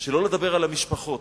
שלא לדבר על המשפחות.